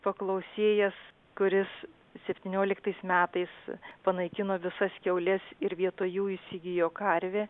paklausėjas kuris septynioliktais metais panaikino visas kiaules ir vietoj jų įsigijo karvę